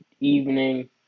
evening